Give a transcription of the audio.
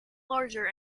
larger